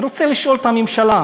אני רוצה לשאול את הממשלה,